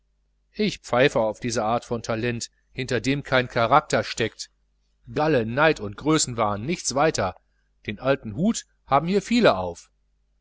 ich pfeife auf diese art von talent hinter dem kein charakter steckt galle neid und größenwahn nichts weiter den alten hut haben hier viele auf